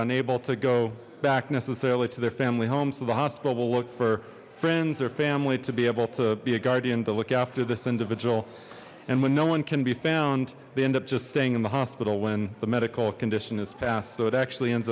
unable to go back necessarily to their family home so the hospital will look for friends or family to be able to be a guardian to look after this individual and when no one can be found they end up just staying in the hospital when the medical condition is passed so it actually ends